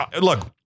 look